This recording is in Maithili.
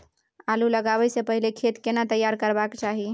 आलू लगाबै स पहिले खेत केना तैयार करबा के चाहय?